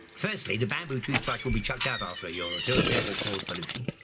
firstly, the bamboo toothbrush will be chucked out after a year or two and therefore cause pollution.